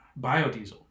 biodiesel